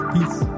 Peace